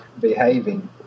behaving